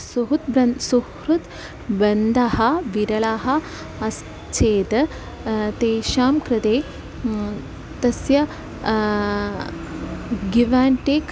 सुहृत् ब्रन् सुहृत् बन्धः विरलाः अस्ति चेद् तेषां कृते तस्य गिवान्टेक्